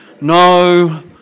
no